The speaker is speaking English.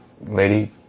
lady